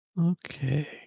Okay